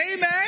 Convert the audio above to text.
Amen